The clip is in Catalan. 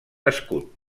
escut